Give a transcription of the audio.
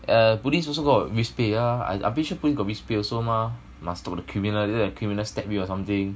err police also got risk pay ah I I'm pretty sure police got risk pay also mah must took the criminal later the criminal stab you or something